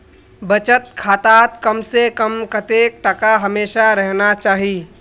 बचत खातात कम से कम कतेक टका हमेशा रहना चही?